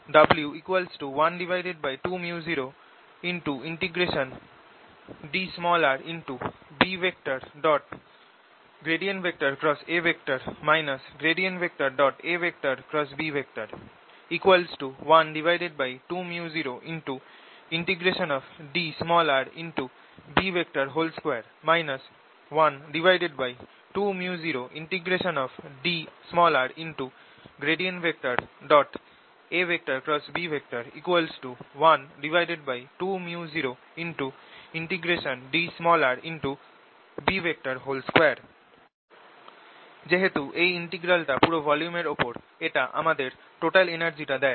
W 12µodrB A AB 12µodrB2 12µodrAB 12µodrB2 যেহেতু এই ইন্টিগ্রালটা পুরো ভলিউমের ওপর এটা আমাদের total energy টা দেয়